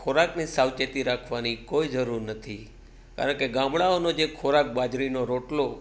ખોરાકની સાવચેતી રાખવાની કોઈ જરૂર નથી કારણ કે ગામડાઓનો જે ખોરાક બાજરીનો રોટલો